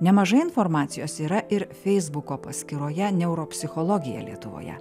nemažai informacijos yra ir feisbuko paskyroje neuropsichologija lietuvoje